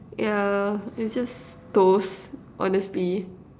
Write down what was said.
yeah is just toast honestly